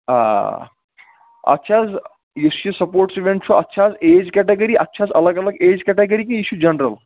آ اَتھ چھِ حظ یُس یہِ سَپوٹس اِیوینٹ چھُ اَتھ چھِ حظ ایج کیٹَگِری اتھ چھِ حظ الگ الگ ایج کیٹَگِری کہِ یہِ چھُ جَنرل